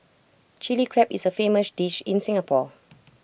Chilli Crab is A famous dish in Singapore